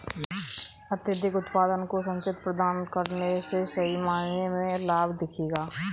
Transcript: अत्यधिक उत्पादन का उचित प्रबंधन करने से सही मायने में लाभ दिखेगा